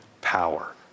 power